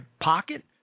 pocket